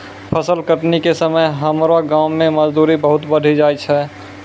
फसल कटनी के समय हमरो गांव मॅ मजदूरी बहुत बढ़ी जाय छै